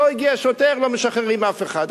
לא הגיע שוטר, לא משחררים אף אחד.